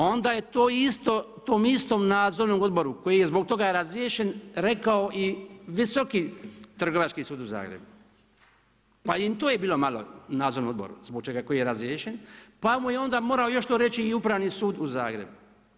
Onda je tom istom Nadzornom odboru koji je zbog toga razriješen rekao i Visoki trgovački sud u Zagrebu, pa i to im je bilo malo Nadzornom odboru koji je razriješen, pa mu je onda morao još to reći i Upravni sud u Zagrebu.